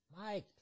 Mike